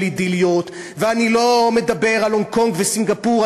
אידיליות ואני לא מדבר על הונג-קונג וסינגפור.